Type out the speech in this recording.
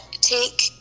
Take